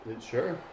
Sure